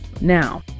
Now